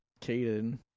Caden